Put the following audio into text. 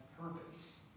purpose